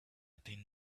thin